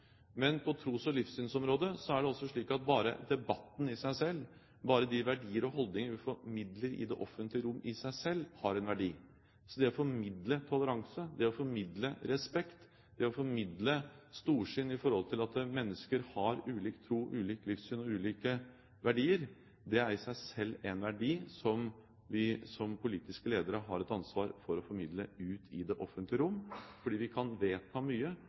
men på tros- og livssynsområdet er det også slik at debatten i seg selv, de verdier og holdninger vi formidler i det offentlige rom, i seg selv har en verdi. Det å formidle toleranse, det å formidle respekt, det å formidle storsinn i forhold til at mennesker har ulik tro, ulikt livssyn og ulike verdier, er i seg selv en verdi. Vi som politiske ledere har et ansvar for å formidle det i det offentlige rom. Vi kan vedta mye,